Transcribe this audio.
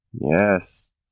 Yes